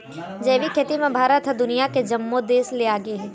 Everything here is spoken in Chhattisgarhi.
जैविक खेती म भारत ह दुनिया के जम्मो देस ले आगे हे